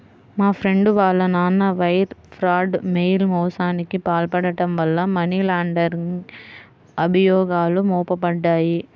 మా ఫ్రెండు వాళ్ళ నాన్న వైర్ ఫ్రాడ్, మెయిల్ మోసానికి పాల్పడటం వల్ల మనీ లాండరింగ్ అభియోగాలు మోపబడ్డాయి